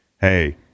Hey